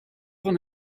van